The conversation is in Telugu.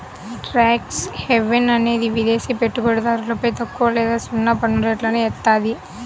ట్యాక్స్ హెవెన్ అనేది విదేశి పెట్టుబడిదారులపై తక్కువ లేదా సున్నా పన్నురేట్లను ఏత్తాది